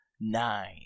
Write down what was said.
nine